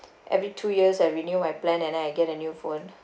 every two years I renew my plan and then I get a new phone